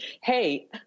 hey—